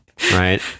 Right